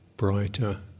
brighter